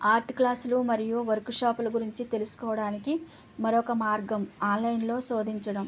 art క్లాసులు మరియు వర్క్షాపుల గురించి తెలుసుకోవడానికి మరొక మార్గం ఆన్లైన్లో శోధించడం